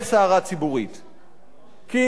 כי מספרים לנו שהבעיה היא לא כאן,